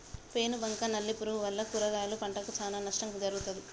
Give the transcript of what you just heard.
పేను బంక నల్లి పురుగుల వల్ల కూరగాయల పంటకు చానా నష్టం జరుగుతది